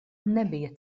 nebija